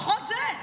לפחות זה.